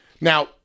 Now